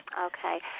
Okay